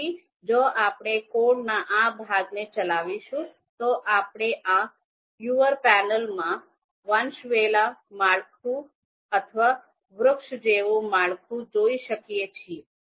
તેથી જો આપણે કોડના આ ભાગને ચલાવીશું તો આપણે આ વ્પેયુંઅર પેનલમાં વંશવેલો માળખું અથવા વૃક્ષ જેવું માળખું જોઈ શકીએ છીએ